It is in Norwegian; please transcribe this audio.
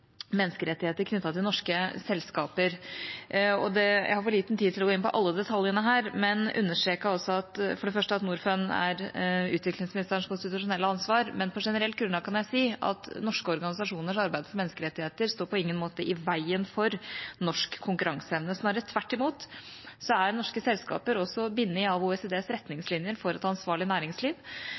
menneskerettigheter knyttet til norske selskaper. Jeg har for liten tid til å gå inn på alle detaljene her, men vil for det første understreke at Norfund er utviklingsministerens konstitusjonelle ansvar. På et generelt grunnlag kan jeg si at norske organisasjoners arbeid for menneskerettigheter står på ingen måte i veien for norsk konkurranseevne – snarere tvert imot. Norske selskaper er også bundet av OECDs retningslinjer for et ansvarlig næringsliv.